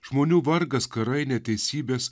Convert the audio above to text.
žmonių vargas karai neteisybės